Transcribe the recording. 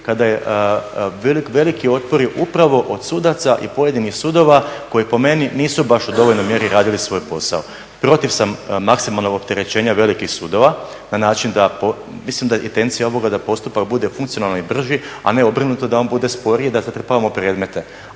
kada je veliki otpor upravo od sudaca i pojedinih sudova koji po meni nisu baš u dovoljnoj mjeri radili svoj posao. Protiv sam maksimalnog opterećenja velikih sudova, mislim da je intencija ovoga da postupak bude funkcionalan i brži, a ne obrnuto da on bude sporiji i da zatrpavamo predmete.